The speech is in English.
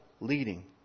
leading